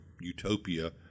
utopia